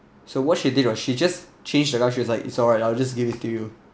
so what she did was she just change the cup she was like it's aright lah I will just give it to you